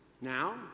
Now